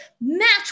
match